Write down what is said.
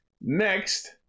Next